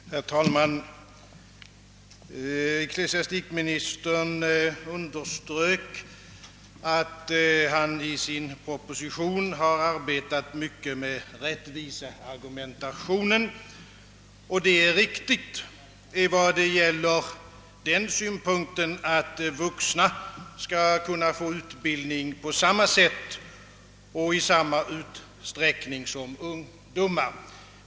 Herr talman! Ecklesiastikministern underströk, att han i sin proposition har arbetat mycket med rättviseargumentationen. Detta är riktigt, vad gäller den synpunkten, att vuxna skall kunna få utbildning på samma sätt och i samma utsträckning som ungdomar.